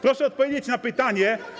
Proszę odpowiedzieć na pytanie.